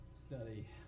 study